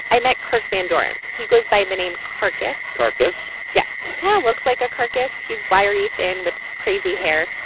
i met kirk van doren. he goes by the name carcass carcass yeah. he kind of looks like a carcass. he's wiry, thin with crazy hair,